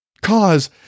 cause